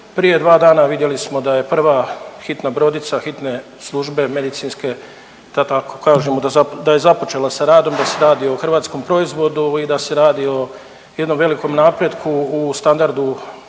Prije dva dana vidjeli smo da je prva hitna brodica Hitne službe medicinske da tako kažemo da je započela sa radom, da se radi o hrvatskom proizvodu i da se radi o jednom velikom napretku u standardu